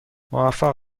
موفق